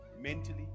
mentally